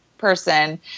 person